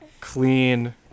clean